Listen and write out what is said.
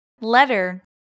letter